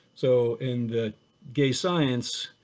so in the gay science,